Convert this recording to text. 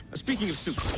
speaking of suit